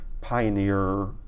pioneer